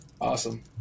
Awesome